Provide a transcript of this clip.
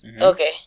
Okay